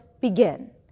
begin